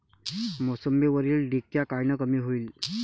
मोसंबीवरील डिक्या कायनं कमी होईल?